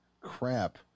Crap